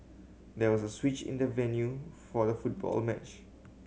there was a switch in the venue for the football match